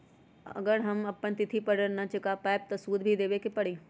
अगर हम अपना तिथि पर ऋण न चुका पायेबे त हमरा सूद भी देबे के परि?